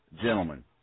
gentlemen